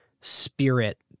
spirit